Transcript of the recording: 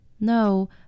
No